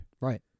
Right